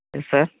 yes sir